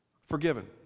forgiven